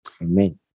Amen